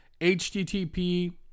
HTTP